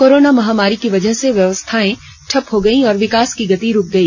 corona महामारी की वजह से व्यवस्थाएं ठप हो गई और विकास की गति रुक गई